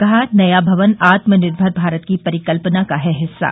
कहा नया भवन आत्मनिर्भर भारत की परिकल्पना का है हिस्सा